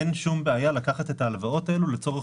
אין שום בעיה לקחת את ההלוואות האלו לצורך